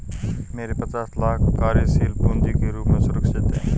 मेरे पास पचास लाख कार्यशील पूँजी के रूप में सुरक्षित हैं